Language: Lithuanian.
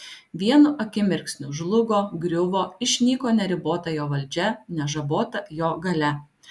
vienu akimirksniu žlugo griuvo išnyko neribota jo valdžia nežabota jo galia